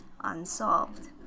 unsolved